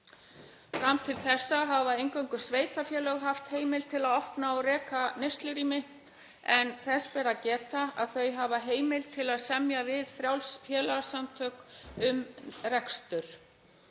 Fram til þessa hafa eingöngu sveitarfélög haft heimild til að opna og reka neyslurými en þess ber að geta að þau hafa heimild til að semja við frjáls félagasamtök um rekstur.